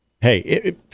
hey